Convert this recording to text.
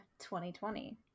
2020